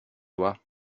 toi